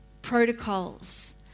protocols